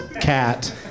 cat